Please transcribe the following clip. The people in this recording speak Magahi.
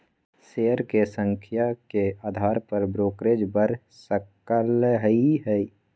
शेयर के संख्या के अधार पर ब्रोकरेज बड़ सकलई ह